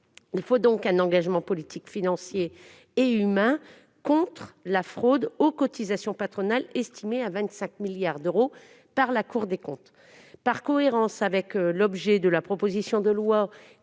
il faut un engagement politique, financier et humain pour lutter contre la fraude aux cotisations patronales, estimée à 25 milliards d'euros par la Cour des comptes. Par cohérence avec l'objet de la proposition de loi,